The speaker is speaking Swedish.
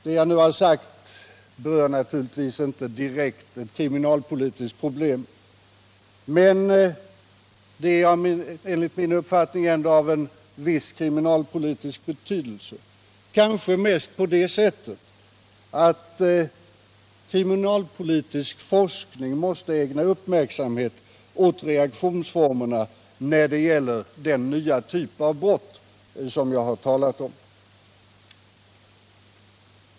Det jag nu har sagt berör kanske inte precis ett kriminalpolitiskt problem, men det är enligt min uppfattning ändå av en viss kriminalpolitisk betydelse — kanske mest på det sättet att kriminalpolitisk forskning måste ägna uppmärksamhet åt reaktionsformerna när det gäller den nya typ av brott som jag har talat om.